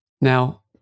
Now